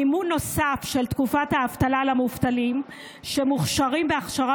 מימון נוסף של תקופת האבטלה למובטלים שמוכשרים בהכשרה